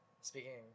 speaking